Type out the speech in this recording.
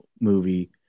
movie